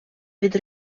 від